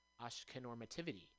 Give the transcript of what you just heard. Ashkenormativity